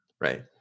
Right